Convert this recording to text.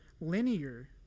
linear